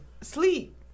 sleep